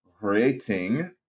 rating